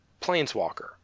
Planeswalker